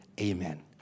Amen